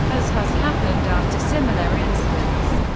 as has happened after similar incidents.